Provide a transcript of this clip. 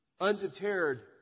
undeterred